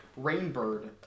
Rainbird